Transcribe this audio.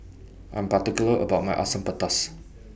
I'm particular about My Asam Pedas